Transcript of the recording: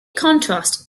contrast